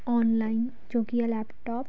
online ਜੋ ਕਿ ਹੈ ਲੈਪਟੋਪ